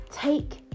Take